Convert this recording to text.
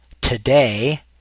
today